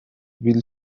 will